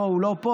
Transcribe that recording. לא, הוא לא פה.